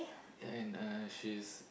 yea and uh she is